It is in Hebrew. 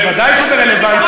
ודאי שזה רלוונטי.